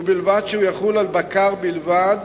ובלבד שהחוק יחול על בקר בלבד,